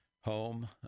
home